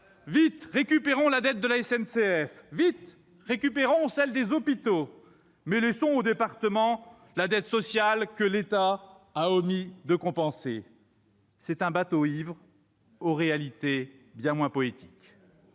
vite, récupérons la dette de la SNCF ! Vite, récupérons celle des hôpitaux, mais laissons aux départements la dette sociale que l'État a omis de compenser ! C'est un bateau ivre, livré à des réalités bien moins poétiques.